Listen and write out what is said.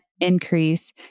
increase